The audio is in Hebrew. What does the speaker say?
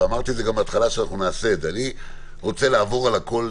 ואמרתי את זה מההתחלה שאנחנו נעשה את זה אני רוצה לעבור על הכול,